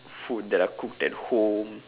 food that are cooked at home